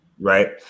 Right